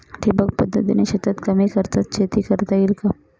ठिबक पद्धतीने शेतात कमी खर्चात शेती करता येईल का?